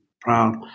proud